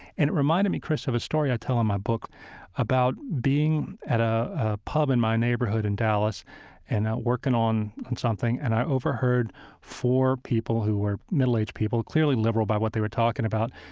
and it reminded me, krista, of a story i tell in my book about being in a ah pub in my neighborhood in dallas and working on something, and i overheard four people who were middle-aged people, clearly liberal by what they were talking about,